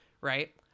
right